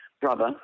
brother